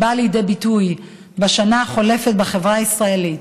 באה לידי ביטוי בשנה החולפת בחברה הישראלית,